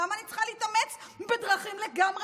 למה אני צריכה להתאמץ בדרכים לגמרי